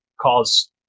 Cause